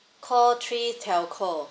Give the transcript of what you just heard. call three telco